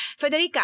Federica